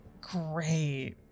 Great